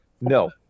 No